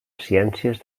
ciències